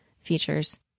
features